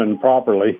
properly